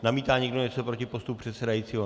Namítá někdo něco proti postupu předsedajícího?